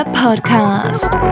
podcast